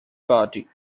party